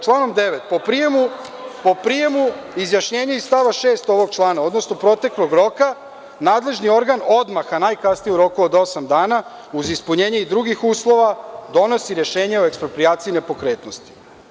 Članom 9. po prijemu izjašnjenje iz stava 6. ovog člana, odnosno proteklog roka, nadležni organ odmah, a najkasnije u roku od osam dana, uz ispunjenje i drugih uslova, donosi rešenje o eksproprijaciji nepokretnosti.